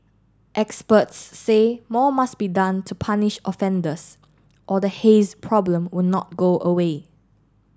experts say more must be done to punish offenders or the haze problem will not go away